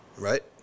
right